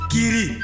Kiri